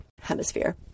Hemisphere